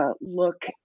look